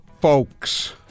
folks